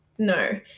No